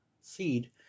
seed